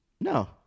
No